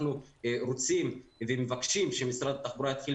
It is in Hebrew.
אנחנו רוצים ומבקשים שמשרד התחבורה יתחיל